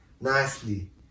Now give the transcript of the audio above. nicely